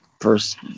First